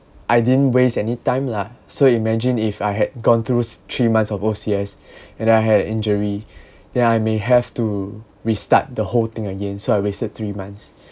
I didn't waste any time lah so imagine if I had gone through three months of O_C_S and I had injury that I may have to restart the whole thing again so I wasted three months